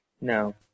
No